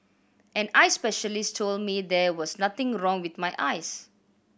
an eye specialist told me there was nothing wrong with my eyes